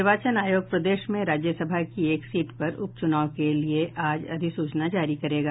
निर्वाचन आयोग प्रदेश में राज्यसभा की एक सीट पर उपचुनाव के लिए आज अधिसूचना जारी करेगा